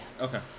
Okay